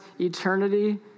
eternity